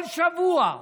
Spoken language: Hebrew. כל שבוע,